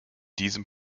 diesem